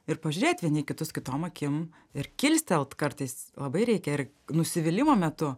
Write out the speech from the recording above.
ir pažiūrėt vieni kitus kitom akim ir kilstelt kartais labai reikia ir nusivylimo metu